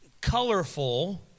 colorful